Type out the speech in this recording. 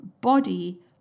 body